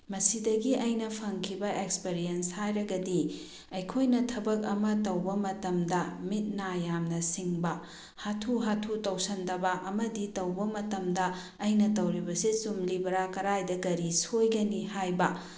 ꯃꯁꯤꯗꯒꯤ ꯑꯩꯅ ꯐꯪꯈꯤꯕ ꯑꯦꯛꯁꯄꯤꯔꯤꯌꯦꯟꯁ ꯍꯥꯏꯔꯒꯗꯤ ꯑꯩꯈꯣꯏꯅ ꯊꯕꯛ ꯑꯃ ꯇꯧꯕ ꯃꯇꯝꯗ ꯃꯤꯠ ꯅꯥ ꯌꯥꯝꯅ ꯁꯤꯡꯕ ꯍꯥꯊꯨ ꯍꯥꯊꯨ ꯇꯧꯁꯤꯟꯗꯕ ꯑꯃꯗꯤ ꯇꯧꯕ ꯃꯇꯝꯗ ꯑꯩꯅ ꯇꯧꯔꯤꯕꯁꯦ ꯆꯨꯝꯂꯤꯕ꯭ꯔꯥ ꯀꯔꯥꯏꯗ ꯀꯔꯤ ꯁꯣꯏꯒꯅꯤ ꯍꯥꯏꯕ